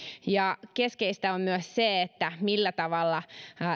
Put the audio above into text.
ja keskeistä on myös se millä tavalla